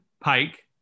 Pike